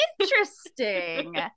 interesting